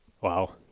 Wow